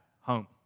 home